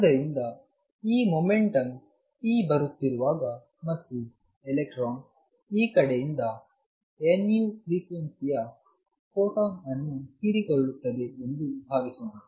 ಆದ್ದರಿಂದ ಈ momentum p ಬರುತ್ತಿರುವಾಗ ಮತ್ತು ಎಲೆಕ್ಟ್ರಾನ್ ಈ ಕಡೆಯಿಂದ nu ಫ್ರಿಕ್ವೆನ್ಸಿ ಯ ಫೋಟಾನ್ ಅನ್ನು ಹೀರಿಕೊಳ್ಳುತ್ತದೆ ಎಂದು ಭಾವಿಸೋಣ